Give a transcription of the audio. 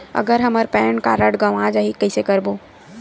अगर हमर pan card गवां जाही कइसे करबो?